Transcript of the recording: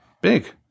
Big